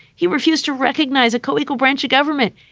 he refused to recognize a co-equal branch of government.